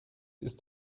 ist